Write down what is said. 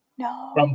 No